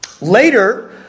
Later